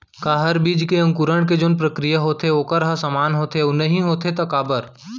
का हर बीज के अंकुरण के जोन प्रक्रिया होथे वोकर ह समान होथे, अऊ नहीं होथे ता काबर?